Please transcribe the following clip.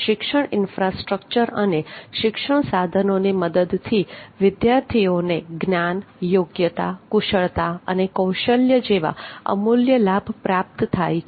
શિક્ષણ ઇન્ફ્રાસ્ટ્રકચર અને શિક્ષણ સાધનોની મદદથી વિદ્યાર્થીઓને જ્ઞાન યોગ્યતા કુશળતા અને કૌશલ્ય જેવા અમૂલ્ય લાભ પ્રાપ્ત થાય છે